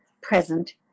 present